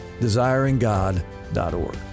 desiringgod.org